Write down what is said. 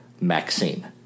Maxine